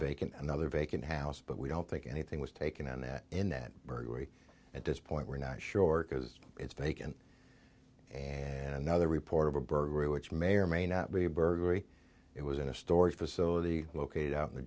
vacant another vacant house but we don't think anything was taken on that in that burglary at this point we're not short because it's vacant and another report of a burglary which may or may not be a burglary it was in a storage facility located out in the